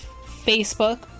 facebook